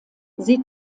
sie